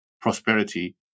prosperity